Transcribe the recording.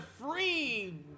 free